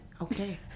Okay